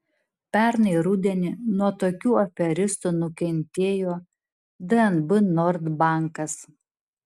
pernai rudenį nuo tokių aferistų nukentėjo dnb nord bankas